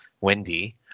Wendy